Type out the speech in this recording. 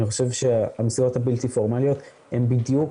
אני חושב שהמסגרות הבלתי פורמליות הן בדיוק